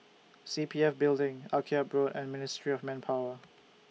C P F Building Akyab Road and Ministry of Manpower